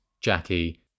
Jackie